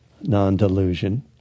non-delusion